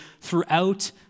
throughout